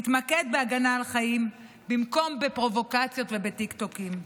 התמקד בהגנה על חיים במקום בפרובוקציות ובטיקטוקים.